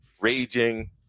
raging